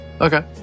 Okay